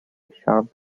sharp